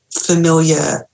familiar